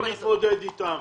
בואו נתמודד איתן,